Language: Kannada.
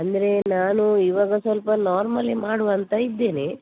ಅಂದರೆ ನಾನು ಇವಾಗ ಸ್ವಲ್ಪ ನಾರ್ಮಲ್ಲೆ ಮಾಡುವ ಅಂತ ಇದ್ದೇನೆ